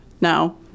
now